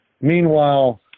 Meanwhile